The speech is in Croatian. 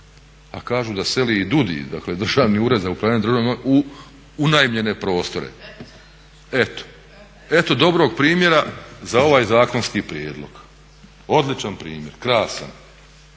Pa kažu da seli i DUUDI, dakle Državni ured za upravljanje državnom imovinom u unajmljene prostore. Eto, dobrog primjera za ovaj zakonski prijedlog. Odličan primjer, krasan!